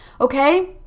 okay